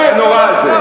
הנורא הזה.